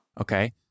Okay